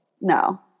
No